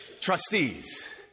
trustees